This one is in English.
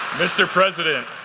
mr. president,